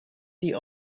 die